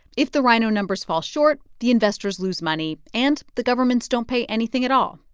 if the rhino numbers fall short, the investors lose money, and the governments don't pay anything at all.